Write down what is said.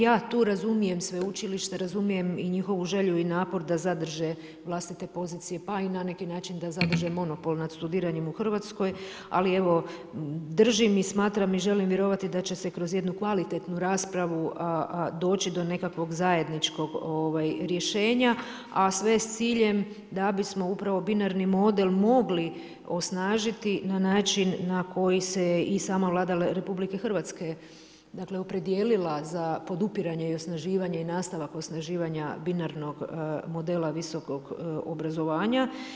Ja tu razumijem Sveučilište, razumijem i njihovu želju i napor da zadrže vlastite pozicije pa i na neki način da zadrže monopol nad studiranjem u Hrvatskoj ali evo, držim i smatram i želim vjerovati da će se kroz jednu kvalitetnu raspravu doći do nekakvog zajedničkog rješenja a sve s ciljem da bi smo upravo binarni model mogli osnažiti na način na koji se i sama Vlada Republike Hrvatske opredijelila za podupiranje i osnaživanje i nastavak osnaživanja binarnog modela visokog obrazovanja.